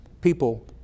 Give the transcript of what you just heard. people